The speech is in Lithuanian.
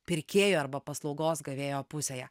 pirkėjų arba paslaugos gavėjo pusėje